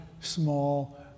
small